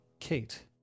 kate